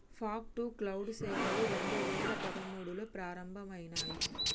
fog to cloud సేవలు రెండు వేల పదమూడులో ప్రారంభమయినాయి